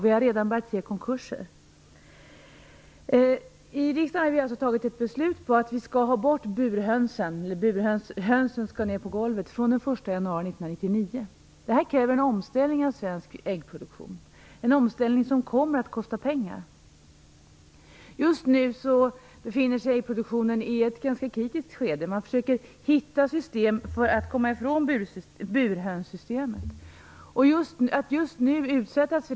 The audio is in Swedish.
Vi har redan börjat se konkurser bland dem. Riksdagen har, som nämnts, tagit ett beslut om att burhönsen skall flyttas ned på golvet den 1 januari 1999. För detta krävs en omställning av svensk äggproduktion som kommer att kosta pengar. Just nu befinner sig produktionen i ett ganska kritiskt skede. Man försöker hitta metoder för att komma ifrån burhönssystemen.